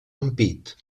ampit